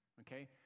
Okay